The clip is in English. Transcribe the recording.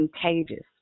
contagious